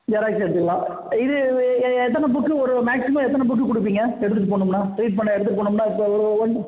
xerox எடுத்துக்கலாம் இது எத்தனை புக்கு ஒரு மேக்ஸிமம் எத்தனை புக்கு கொடுப்பீங்க எடுத்துகிட்டு போகணும்னா ரீட் பண்ண எடுத்துகிட்டு போகணும்னா இப்போ ஒரு ஒரு ஒன்